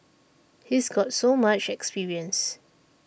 he's got so much experience